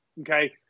Okay